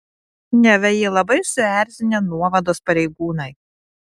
neva jį labai suerzinę nuovados pareigūnai